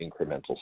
incremental